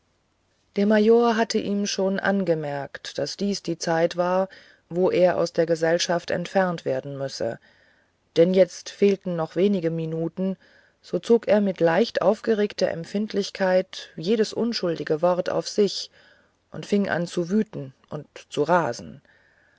der major hatte ihm schon abgemerkt daß dies die zeit war wo er aus der gesellschaft entfernt werden müsse denn jetzt fehlten noch wenige minuten so zog er mit leicht aufgeregter empfindlichkeit jedes unschuldige wort auf sich und fing an zu wüten und zu rasen